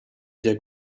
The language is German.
wieder